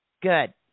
good